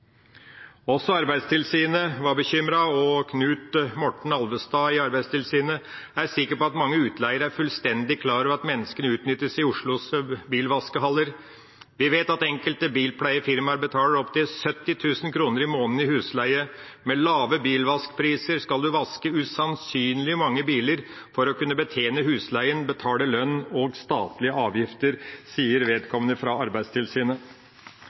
Også Arbeidstilsynet var bekymret, og Knut Morten Alvestad i Arbeidstilsynet er sikker på at mange utleiere er fullstendig klar over at menneskene utnyttes i Oslos bilvaskehaller: «Vi vet at enkelte bilpleiefirmaer betaler opptil 70.000 kr i måneden i husleie. Med lave bilvaskpriser skal du vaske usannsynlig mange biler, for å kunne betjene husleien, betale lønn og statlige avgifter.»